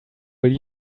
will